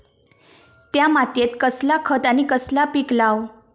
त्या मात्येत कसला खत आणि कसला पीक लाव?